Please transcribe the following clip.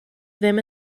ddim